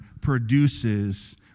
produces